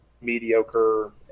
mediocre